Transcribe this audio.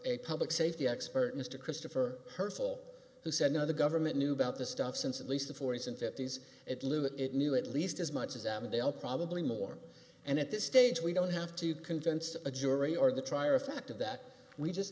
a public safety expert mr christopher hurtful who said you know the government knew about this stuff since at least the forty's and fifty's it lou that it knew at least as much as they'll probably more and at this stage we don't have to convince a jury or the trier of fact that we just